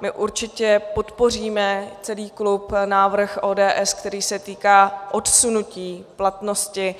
My určitě podpoříme, celý klub, návrh ODS, který se týká odsunutí platnosti